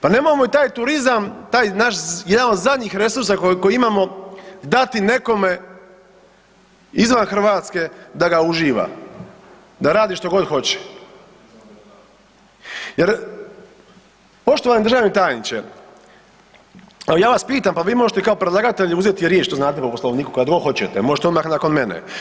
Pa nemojmo i taj turizam, taj naš jedan od zadnjih resursa koje imamo dati nekome izvan Hrvatske da ga uživa, da radi što god hoće jer poštovani državni tajniče evo ja vas pitam pa vi možete kao predlagatelj uzeti riječ, to znate po Poslovniku kad god hoćete, možete odmah nakon mene.